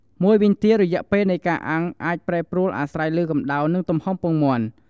មួយវិញទៀត រយៈពេលនៃការអាំងអាចប្រែប្រួលអាស្រ័យលើកម្តៅ និងទំហំពងមាន់។